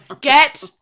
get